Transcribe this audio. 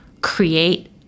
create